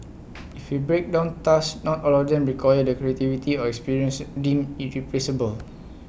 if we break down tasks not all of them require the creativity or experience deemed irreplaceable